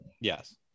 Yes